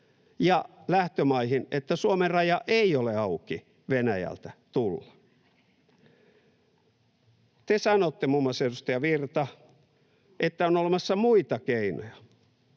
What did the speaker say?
ja lähtömaihin, että Suomen raja ei ole auki Venäjältä tulla. Te sanotte, muun muassa edustaja Virta, että on olemassa muita keinoja.